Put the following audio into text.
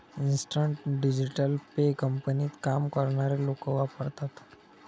instant digital pay कंपनीत काम करणारे लोक वापरतात